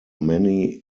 many